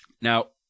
Now